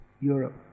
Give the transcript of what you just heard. Europe